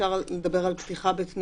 אפשר לדבר על פתיחה בתנאים,